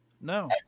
No